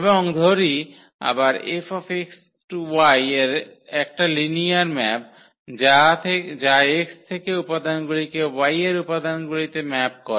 এবং ধরি আবার 𝐹 X→Y একটা লিনিয়ার ম্যাপ হয় যা X থেকে উপাদানগুলিকে Y এর উপাদানগুলিতে ম্যাপ করে